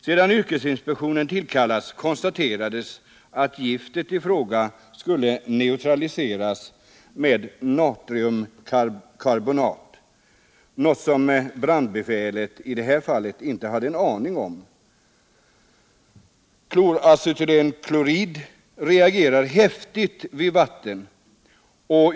Sedan yrkesinspektionen tillkallats konstaterades att giftet i fråga skall neutraliseras med natriumkarbonat, något som brandbefälet i detta fall inte hade en aning om. Kloracetylklorid reagerar häftigt med vatten.